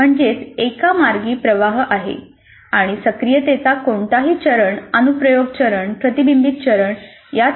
म्हणजेच हा एकमार्गी प्रवाह आहे आणि सक्रियतेचा कोणताही चरण अनुप्रयोग चरण प्रतिबिंब चरण यात नाही